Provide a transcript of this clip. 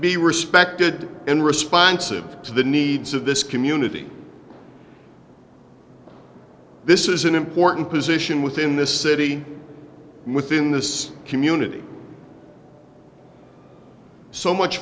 be respected and responsive to the needs of this community this is an important position within this city within this community so much